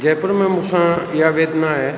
जयपुर में मूंसां इहा वेतना आहे